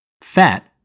Fat